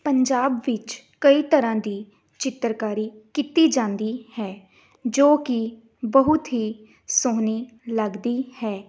ਪੰਜਾਬ ਵਿੱਚ ਕਈ ਤਰ੍ਹਾਂ ਦੀ ਚਿੱਤਰਕਾਰੀ ਕੀਤੀ ਜਾਂਦੀ ਹੈ ਜੋ ਕਿ ਬਹੁਤ ਹੀ ਸੋਹਣੀ ਲੱਗਦੀ ਹੈ